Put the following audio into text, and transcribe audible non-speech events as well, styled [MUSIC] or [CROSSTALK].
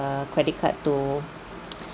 err credit card to [NOISE]